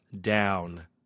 down